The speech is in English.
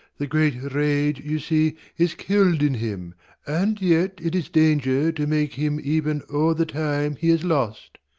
the great rage you see is kill'd in him and yet it is danger to make him even o'er the time he has lost.